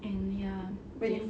and ya and